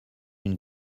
une